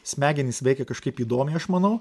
smegenys veikia kažkaip įdomiai aš manau